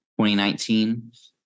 2019